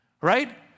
right